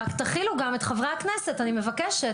רק תכילו גם את חברי הכנסת, אני מבקשת.